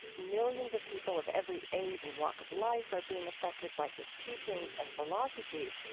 millions of people of every age and walk of life are being affected by his teachings and philosophy.